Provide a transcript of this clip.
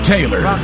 Taylor